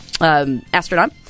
astronaut